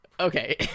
Okay